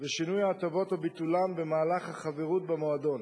ושינוי ההטבות או ביטולן במהלך החברות במועדון.